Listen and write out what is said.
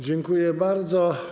Dziękuję bardzo.